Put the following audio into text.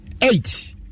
eight